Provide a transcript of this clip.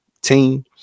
team